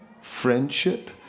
friendship